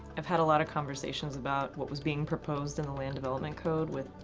i've had a lot of conversations about what was being proposed in the land development code with,